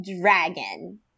dragon